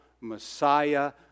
Messiah